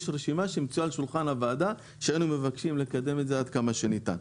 יש רשימה שמצויה על שולחן הוועדה והיינו מבקשים לקדם אותה עד כמה שניתן.